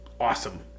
Awesome